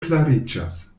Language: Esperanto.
klariĝas